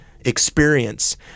experience